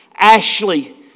Ashley